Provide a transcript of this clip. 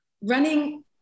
running